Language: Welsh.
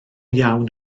iawn